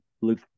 look